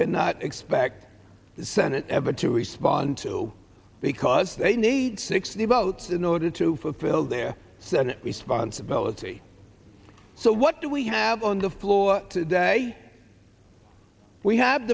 cannot expect the senate ever to respond to because they need sixty votes in order to fulfill their senate responsibility so what do we have on the floor today we have